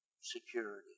Security